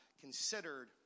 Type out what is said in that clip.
considered